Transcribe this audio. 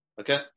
Okay